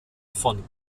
von